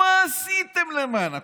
"מה עשיתם למען הקורונה?